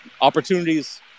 opportunities